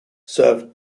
serve